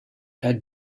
had